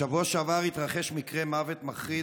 בשבוע שעבר התרחש מקרה מוות מחריד